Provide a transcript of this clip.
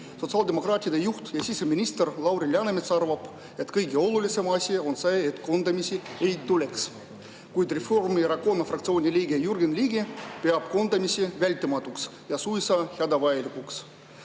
Sotsiaaldemokraatide juht ja siseminister Lauri Läänemets arvab, et kõige olulisem asi on see, et koondamisi ei tuleks, kuid Reformierakonna fraktsiooni liige Jürgen Ligi peab koondamisi vältimatuks ja suisa hädavajalikuks.